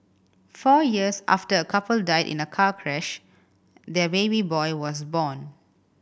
four years after a couple died in a car crash their baby boy was born